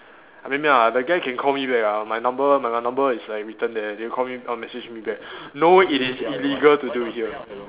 maybe ah the guy can call me back ah my number my number is like written there they will call me or message me back no it is illegal to do here